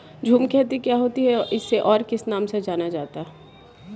झूम खेती क्या होती है इसे और किस नाम से जाना जाता है?